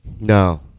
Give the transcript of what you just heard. No